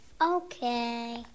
Okay